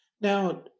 Now